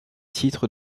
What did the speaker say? titre